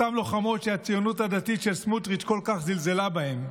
אותן הלוחמות שהציונות הדתית של סמוטריץ' כל כך זלזלה בהן,